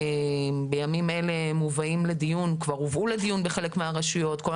בימים אלה מובא לדיון בחלק מהרשויות כבר